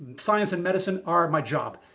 science and medicine are my job.